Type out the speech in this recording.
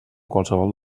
qualsevol